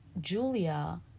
Julia